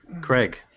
Craig